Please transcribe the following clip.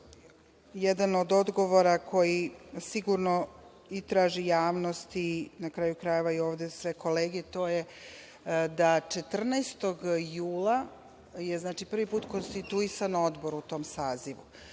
jedan od odgovora koji sigurno i traži javnost i na kraju krajeva i sve kolege, to je da 14. jula je prvi put konstituisan odbor u tom sazivu.